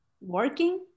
working